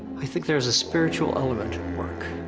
i think there is a spiritual element at work